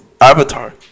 Avatar